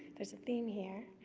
there's a theme here.